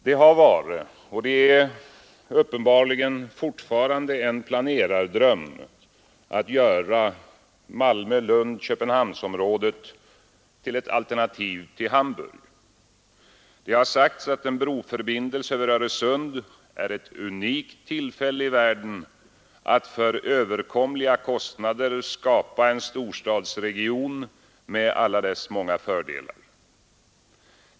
Det har varit och är uppenbarligen fortfarande en planerardröm att göra Malmö-Lund-Köpenhamnsområdet till ett alternativ till Hamburg. Det har sagts att en broförbindelse över Öresund är ett unikt tillfälle i världen att för överkomliga kostnader skapa en storstadsregion med alla dess många fördelar.